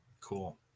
Cool